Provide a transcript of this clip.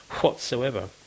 whatsoever